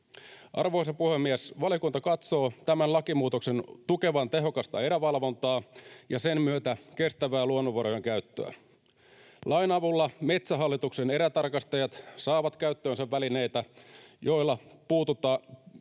Arvoisa puhemies! Valiokunta katsoo tämän lakimuutoksen tukevan tehokasta erävalvontaa ja sen myötä kestävää luonnonvarojen käyttöä. Lain avulla Metsähallituksen erätarkastajat saavat käyttöönsä välineitä, joilla puututaan